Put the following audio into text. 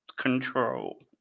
control